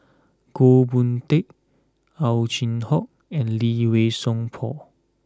Goh Boon Teck Ow Chin Hock and Lee Wei Song Paul